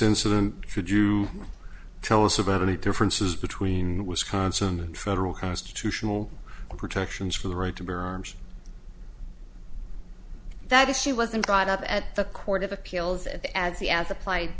incident should you tell us about any differences between wisconsin and federal constitutional protections for the right to bear arms that if she wasn't brought up at the court of appeals that as the as applied